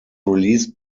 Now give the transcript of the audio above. released